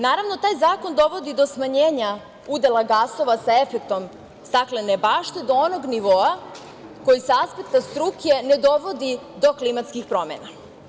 Naravno, taj zakon dovodi do smanjenja udela gasova sa efektom staklene bašte do onog nivoa koji sa aspekta struke ne dovodi do klimatskih promena.